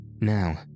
now